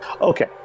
Okay